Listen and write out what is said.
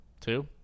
Two